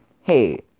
Hey